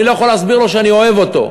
אני לא יכול להסביר לו שאני אוהב אותו.